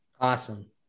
Awesome